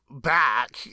back